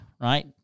right